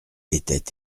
était